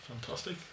Fantastic